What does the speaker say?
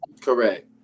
Correct